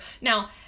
Now